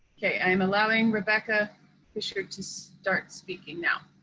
ok, i am allowing rebecca fischer to start speaking now.